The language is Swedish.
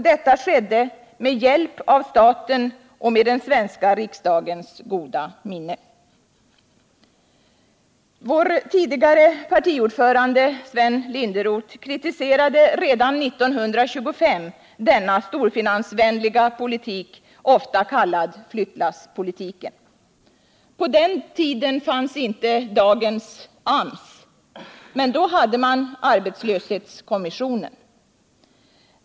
Detta skedde med hjälp av staten och med den svenska riksdagens goda minne. Vår tidigare partiordförande, Sven Linderot, kritiserade redan 1925 denna storfinansvänliga politik, ofta kallad flyttlasspolitiken. På den tidens fanns inte dagens AMS, men då hade man ”arbetslöshetskommissionerna”.